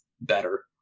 better